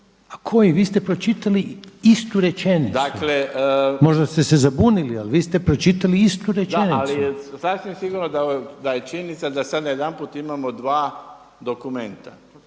A koji? Vi ste pročitali istu rečenicu. Možda ste se zabunili, ali vi ste pročitali istu rečenicu./ … **Mrsić, Mirando (SDP)** Da, ali sasvim je sigurno da je činjenica da sada najedanput imamo dva dokumenta.